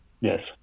Yes